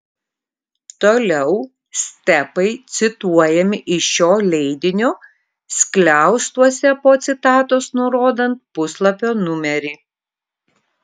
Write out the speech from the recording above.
toliau stepai cituojami iš šio leidinio skliaustuose po citatos nurodant puslapio numerį